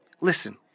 Listen